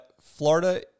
Florida